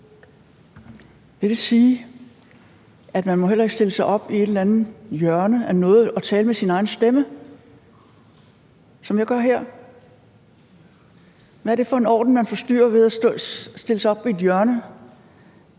Vil det sige, at man så heller ikke må stille sig op i et eller andet hjørne af noget og tale med sin egen stemme, som jeg gør her? Hvad er det for en orden, man forstyrrer, ved at man stiller sig op i et hjørne